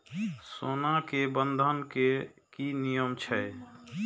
सोना के बंधन के कि नियम छै?